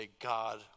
God